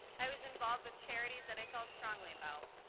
i was involved with charities that i felt strongly about.